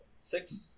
Six